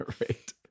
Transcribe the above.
Right